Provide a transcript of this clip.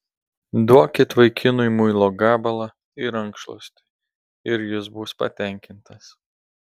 duokit vaikinui muilo gabalą ir rankšluostį ir jis bus patenkintas